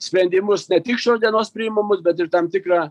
sprendimus ne tik šios dienos priimamus bet ir tam tikrą